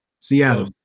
Seattle